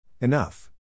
Enough